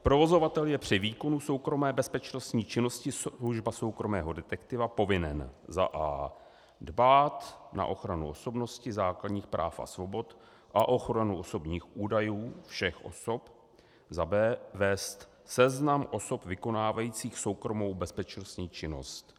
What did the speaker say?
Provozovatel je při výkonu soukromé bezpečnostní činnosti, služba soukromého detektiva, povinen: a) dbát na ochranu osobnosti, základních práv a svobod a ochranu osobních údajů všech osob, b) vést seznam osob vykonávajících soukromou bezpečností činnost.